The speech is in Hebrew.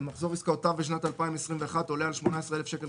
"(2)מחזור עסקאותיו בשנת 2021 עולה על 18 אלף שקלים